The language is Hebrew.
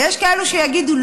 ויש כאלו שיגידו,